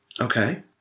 Okay